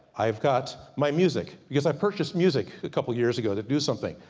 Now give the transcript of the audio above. i've got my music. because i purchased music, a couple years ago to do something.